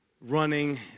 running